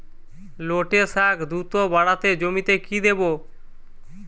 লটে শাখ দ্রুত বাড়াতে জমিতে কি দেবো?